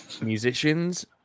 musicians